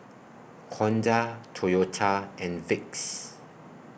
Honda Toyota and Vicks